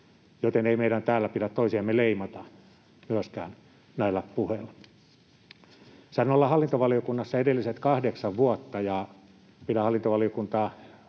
joten ei meidän täällä pidä toisiamme myöskään leimata näillä puheilla. Sain olla hallintovaliokunnassa edelliset kahdeksan vuotta, ja pidän hallintovaliokuntaa